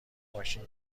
ماشین